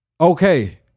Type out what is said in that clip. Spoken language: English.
okay